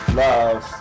love